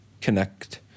connect